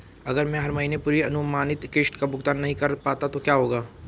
अगर मैं हर महीने पूरी अनुमानित किश्त का भुगतान नहीं कर पाता तो क्या होगा?